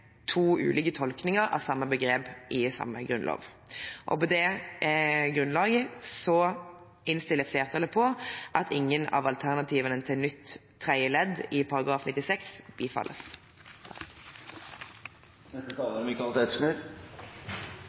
to ulike tolkninger av samme begrep i samme grunnlov. På dette grunnlaget innstiller flertallet på at ingen av alternativene til nytt tredje ledd i § 96 bifalles. Jeg følger systematikken fra forrige taler